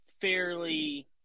fairly